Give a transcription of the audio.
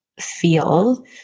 feel